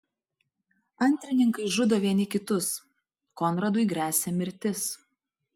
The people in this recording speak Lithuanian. antrininkai žudo vieni kitus konradui gresia mirtis